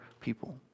people